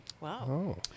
wow